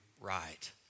right